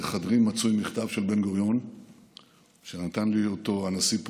בחדרי מצוי מכתב של בן-גוריון שנתן לי אותו הנשיא פוטין,